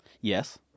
Yes